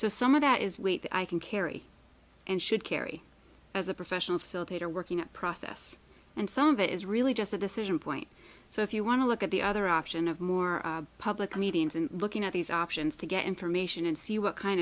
so some of that is weight i can carry and should carry as a professional facilitator working at process and some of it is really just a decision point so if you want to look at the other option of more public meetings and looking at these options to get information and see what kind